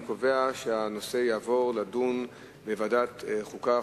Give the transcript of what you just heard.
אני קובע שהנושא יעבור לדיון בוועדת החוקה,